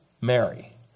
Mary